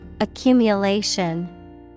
Accumulation